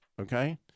Okay